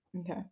okay